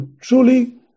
truly